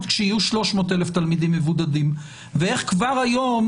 כשיהיו 300,000 תלמידים מבודדים ואיך כבר היום,